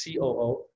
COO